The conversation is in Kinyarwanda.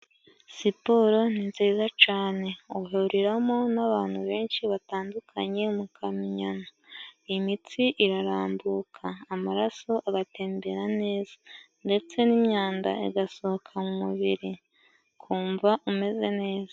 Siporo ni nziza cane uhuriramo n'abantu benshi, batandukanye mukanya imitsi irarambuka amaraso agatembera neza, ndetse n'imyanda igasohoka mu mubiri ukumva umeze neza.